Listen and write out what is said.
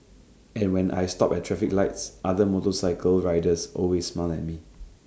and when I stop at traffic lights other motorcycle riders always smile at me